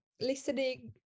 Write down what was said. listening